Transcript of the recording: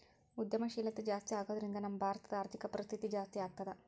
ಉದ್ಯಂಶೇಲ್ತಾ ಜಾಸ್ತಿಆಗೊದ್ರಿಂದಾ ನಮ್ಮ ಭಾರತದ್ ಆರ್ಥಿಕ ಪರಿಸ್ಥಿತಿ ಜಾಸ್ತೇಆಗ್ತದ